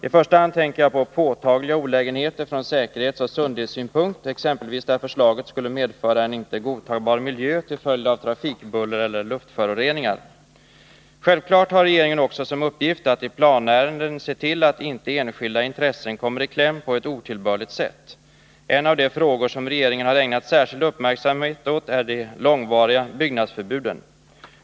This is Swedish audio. I första hand tänker jag på påtagliga olägenheter från säkerhetsoch sundhetssynpunkt, exempelvis där förslaget skulle medföra en inte godtagbar miljö till följd av trafikbuller eller luftföroreningar. Självfallet har regeringen också som uppgift att i planärenden se till att inte enskilda intressen kommer i kläm på ett otillbörligt sätt. En av de frågor som regeringen har ägnat särskild uppmärksamhet åt är de långvariga byggnadsförbuden.